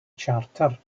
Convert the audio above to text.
charter